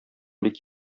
бик